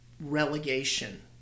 Relegation